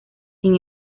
sin